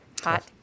Hot